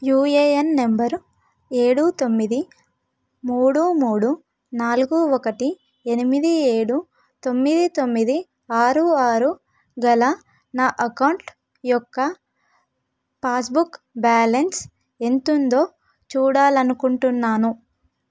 UAN number ఏడు తొమ్మిది మూడు మూడు నాలుగు ఒకటి ఎనిమిది ఏడు తొమ్మిది తొమ్మిది ఆరు ఆరు గల నా అకౌంట్ యొక్క పాస్బుక్ బ్యాలెన్స్ ఎంతుందో చూడాలనుకుంటున్నాను